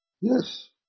Yes